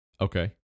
Okay